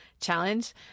challenge